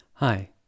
Hi